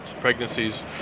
pregnancies